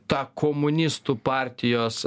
tą komunistų partijos